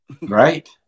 Right